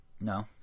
No